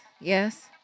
yes